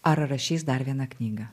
ar rašys dar vieną knygą